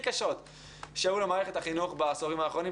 קשות שהיו למערכת החינוך בעשורים האחרונים.